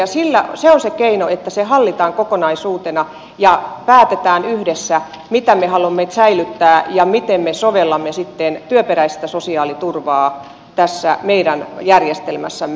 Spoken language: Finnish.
se on se keino että se hallitaan kokonaisuutena ja päätetään yhdessä mitä me haluamme säilyttää ja miten me sovellamme sitten työperäistä sosiaaliturvaa tässä meidän järjestelmässämme